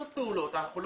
בסדר.